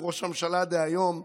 הוא ראש הממשלה דהיום,